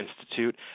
Institute